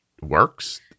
works